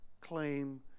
claim